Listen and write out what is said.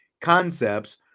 concepts